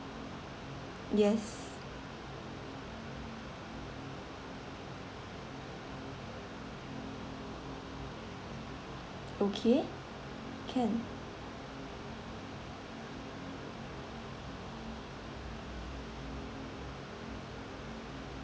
yes okay can